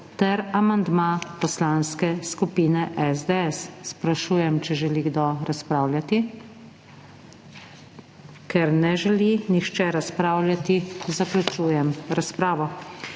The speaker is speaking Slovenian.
ter amandma Poslanske skupine SDS. Sprašujem, ali želi kdo razpravljati. Ker ne želi nihče razpravljati, zaključujem razpravo.